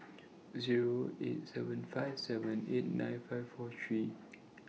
Zero eight seven five seven eight nine five four three